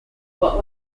what